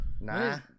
Nah